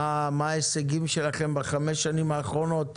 מה ההישגים שלכם בחמש השנים האחרונות,